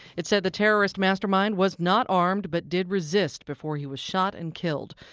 it said the terrorist mastermind was not armed but did resist before he was shot and killed.